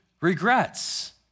regrets